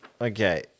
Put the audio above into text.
Okay